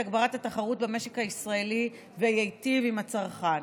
את הגברת התחרות במשק הישראלי ויטיב עם הצרכן.